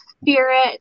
spirit